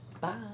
bye